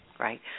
Right